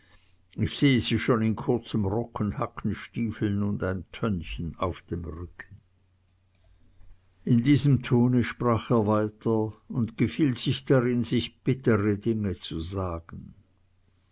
ich sehe sie schon in kurzem rock und hackenstiefeln und ein tönnchen auf dem rücken in diesem tone sprach er weiter und gefiel sich darin sich bittre dinge zu sagen